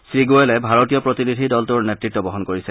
শ্ৰীগোৱেলে ভাৰতীয় প্ৰতিনিধিৰ দলটোৰ নেতৃতত বহন কৰিছে